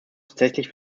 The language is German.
tatsächlich